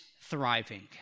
thriving